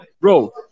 Bro